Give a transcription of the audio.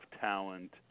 talent